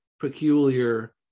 peculiar